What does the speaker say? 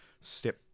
step